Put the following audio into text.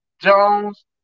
Jones